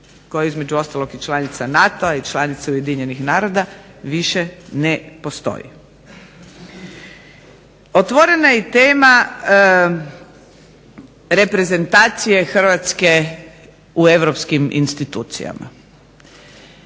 koja je između ostalog i članica NATO-a i članica Ujedinjenih naroda više ne postoji. Otvorena je i tema reprezentacije Hrvatske u europskim institucijama.